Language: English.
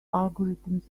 algorithms